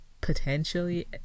potentially